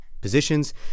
Positions